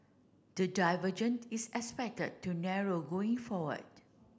the divergent is expected to narrow going forward